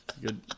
Good